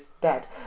dead